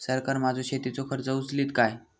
सरकार माझो शेतीचो खर्च उचलीत काय?